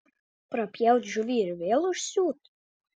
prapjaut žuvį ir vėl užsiūt